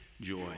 joy